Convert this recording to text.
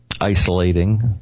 isolating